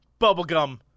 Bubblegum